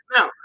Now